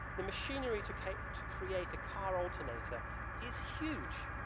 the machinery to create to create a car alternator is huge.